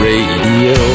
Radio